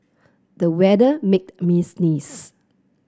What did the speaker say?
the weather made me sneeze